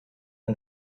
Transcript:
and